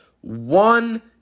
one